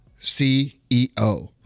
CEO